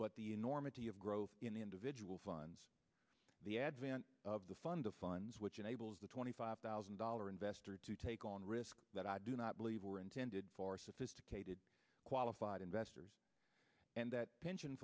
but the enormity of growth in the individual funds the advent of the fund of funds which enables the twenty five thousand dollar investor to take on risk that i do not believe were intended for sophisticated qualified investors and that pension